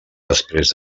després